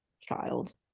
child